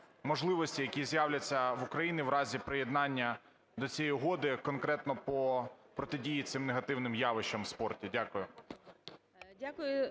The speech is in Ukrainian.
які з'являться в Україні в разі приєднання до цієї угоди, конкретно по протидії цим негативним явищам у спорті? Дякую.